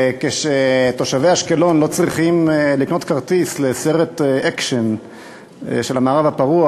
כשתושבי אשקלון לא צריכים לקנות כרטיס לסרט אקשן של המערב הפרוע.